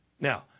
Now